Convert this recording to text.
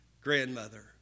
grandmother